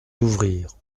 d’ouvrir